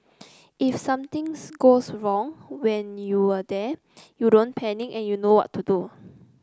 if somethings goes wrong when you were there you don't panic and you know what to do